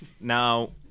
Now